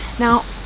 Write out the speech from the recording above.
now,